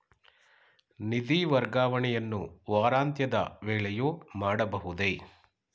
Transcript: ನಿಧಿ ವರ್ಗಾವಣೆಯನ್ನು ವಾರಾಂತ್ಯದ ವೇಳೆಯೂ ಮಾಡಬಹುದೇ?